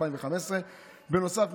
בנוסף,